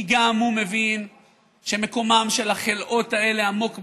כי גם הוא מבין שמקומם של החלאות האלה עמוק באדמה,